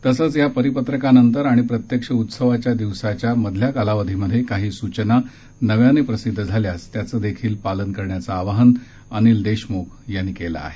तसंच या परिपत्रकानंतर आणि प्रत्यक्ष उत्सवाच्या दिवसाच्या मधल्या कालावधीत काही सूचना नव्याने प्रसिध्द झाल्यास त्यांचे देखील पालन करण्याचं आवाहन अनिल देशम्ख यांनी केलं आहे